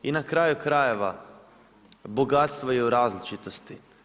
I na kraju krajeva, bogatstvo je u različitosti.